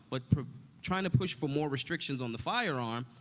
but trying to push for more restrictions on the firearm,